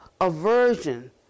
aversion